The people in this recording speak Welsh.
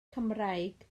cymraeg